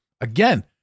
Again